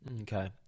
Okay